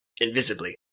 invisibly